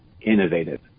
innovative